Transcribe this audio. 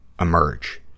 emerge